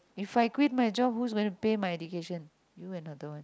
if I quit my job who's going to pay my education you another one